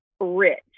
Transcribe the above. rich